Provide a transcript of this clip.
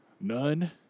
None